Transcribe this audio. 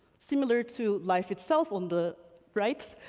similar to life itself on the right,